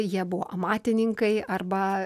jie buvo amatininkai arba